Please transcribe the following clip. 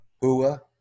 Hua